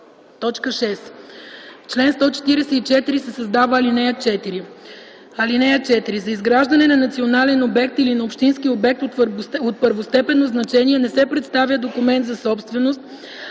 6. В чл. 144 се създава ал. 4: „(4) За изграждане на национален обект или на общински обект от първостепенно значение не се представя документ за собственост,